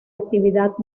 actividad